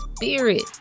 Spirit